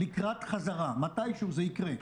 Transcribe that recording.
לקראת חזרה, מתישהו זה יקרה,